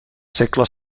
segles